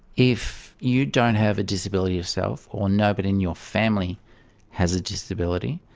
if you don't have a disability yourself or nobody in your family has a disability,